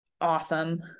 awesome